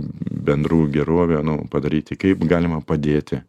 bendrų gerovė nu padaryti kaip galima padėti